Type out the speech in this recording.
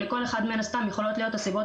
לכל אחד מן הסתם יכולות להיות הסיבות